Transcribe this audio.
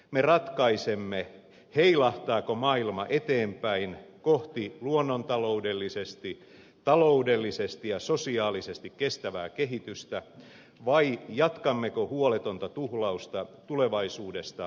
me ratkaisemme heilahtaako maailma eteenpäin kohti luonnontaloudellisesti taloudellisesti ja sosiaalisesti kestävää kehitystä vai jatkammeko huoletonta tuhlausta tulevaisuudesta piittaamatta